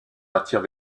attire